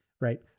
right